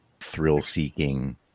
thrill-seeking